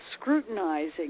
scrutinizing